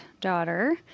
daughter